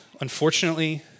unfortunately